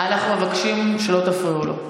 אנחנו מבקשים שלא תפריעו לו.